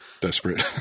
desperate